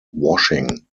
washing